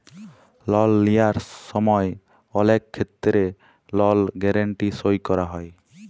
লল লিঁয়ার সময় অলেক খেত্তেরে লল গ্যারেলটি সই ক্যরা হয়